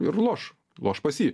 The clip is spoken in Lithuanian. ir loš loš pas jį